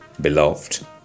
Beloved